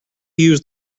use